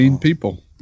people